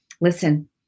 listen